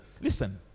listen